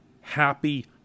happy